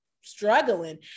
struggling